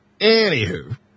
Anywho